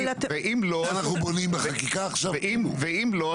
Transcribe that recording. אנחנו בונים בחקיקה עכשיו --- ואם לא,